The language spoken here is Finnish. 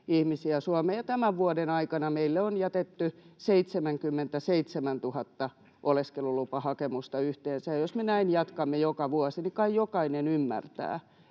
Suomeen. Jo tämän vuoden aikana meille on jätetty 77 000 oleskelulupahakemusta yhteensä, ja jos me näin jatkamme joka vuosi, niin kai jokainen ymmärtää,